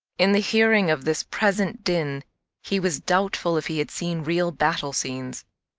in the hearing of this present din he was doubtful if he had seen real battle scenes.